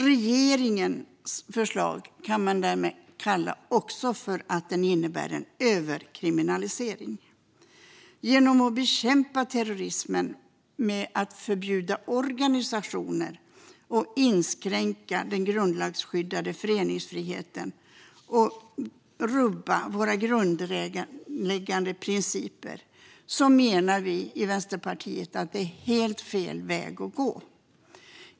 Regeringens förslag kan därför sägas komma att innebära en överkriminalisering. Att bekämpa terrorism genom att förbjuda organisationer och därmed inskränka den grundlagsskyddade föreningsfriheten och rubba våra grundläggande principer menar vi i Vänsterpartiet är helt fel väg att gå.